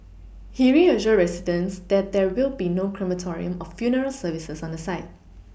he reassured residents that there will be no crematorium or funeral services on the site